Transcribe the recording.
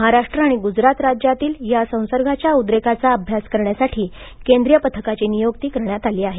महाराष्ट्र आणि गुजरात राज्यातील या संसर्गाच्या उद्रेकाचा अभ्यास करण्यासाठी केंद्रीय पथकाची नियुक्ती करण्यात आली आहे